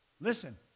Listen